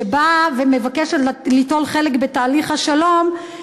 שבאה ומבקשת ליטול חלק בתהליך השלום,